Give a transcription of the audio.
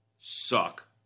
suck